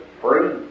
free